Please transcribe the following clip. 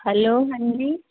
hello ਹਾਂਜੀ